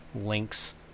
links